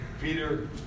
Peter